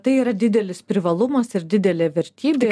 tai yra didelis privalumas ir didelė vertybė